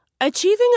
Achieving